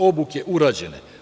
Obuke su urađene.